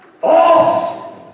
False